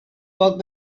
pot